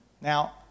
Now